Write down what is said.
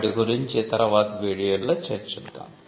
వాటి గురించి తర్వాత వీడియోలలో చర్చిద్దాం